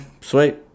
Sweet